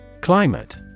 Climate